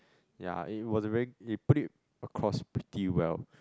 ya it was very it put it across pretty well